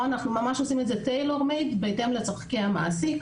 אנחנו עושים ממש tailor made בהתאם לצורכי המעסיק.